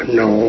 no